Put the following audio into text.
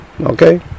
okay